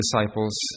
disciples